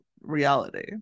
reality